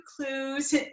clues